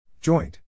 Joint